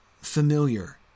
familiar